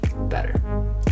better